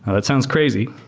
that sounds crazy,